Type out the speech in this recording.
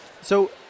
So-